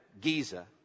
Giza